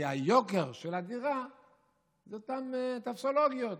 מהיוקר של הדירה זה אותן טופסולוגיות.